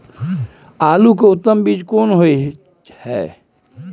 आलू के उत्तम बीज कोन होय है?